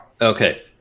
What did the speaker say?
Okay